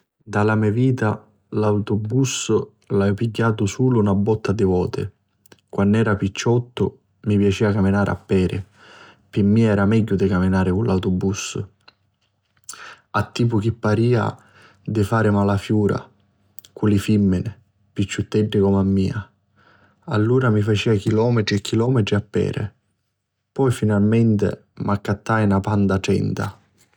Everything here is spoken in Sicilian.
Nta tutta la me vita l'autubussu l'haiu pigghiatu sulu na botta di voti. Quann'era picciottu mi piacia caminari a peri, pi mia era megghiu di pigghiari l'autubussu. Attipu chi paria di fari malafiura cu li fimmini picciutteddi comu a mia. Allura mi facia chilometri e chilometri a peri. Poi finalmenti m'accattai la Panda 30.